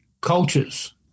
cultures